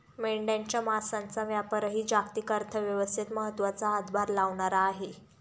मेंढ्यांच्या मांसाचा व्यापारही जागतिक अर्थव्यवस्थेत महत्त्वाचा हातभार लावणारा आहे